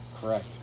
Correct